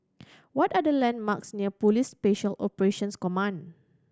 what are the landmarks near Police Special Operations Command